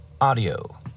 audio